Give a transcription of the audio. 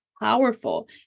powerful